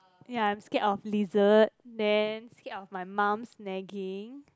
ya I'm scared of lizard then scared of my mum's nagging